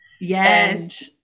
yes